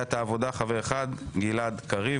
סיעת העבודה, חבר אחד: גלעד קריב.